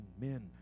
men